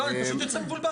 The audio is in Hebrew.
לא, אני פשוט יוצא מבולבל.